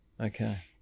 Okay